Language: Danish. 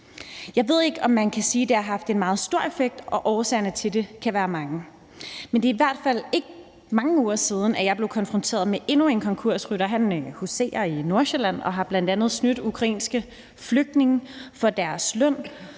Jeg ved ikke, om man kan sige, at det har haft en meget stor effekt, og årsagerne til det kan være mange. Men det er i hvert fald ikke mange uger siden, at jeg blev konfronteret med endnu en konkursrytter. Han huserer i Nordsjælland og har bl.a. snydt ukrainske flygtninge for deres løn